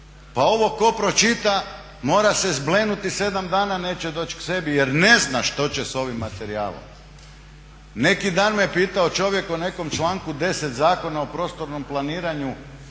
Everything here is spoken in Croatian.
Pa ovo tko pročita mora se zblenuti i 7 dana neće doći k sebi jer ne zna što će s ovim materijalom. Neki dan me pitao čovjek o nekom članku 10. Zakona o prostornom planiranju,